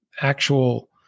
actual